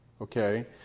Okay